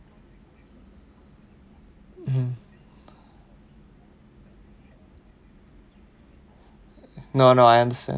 mm no no I understand